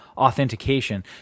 authentication